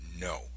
No